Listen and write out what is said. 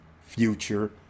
future